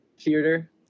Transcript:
theater